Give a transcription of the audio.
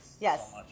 Yes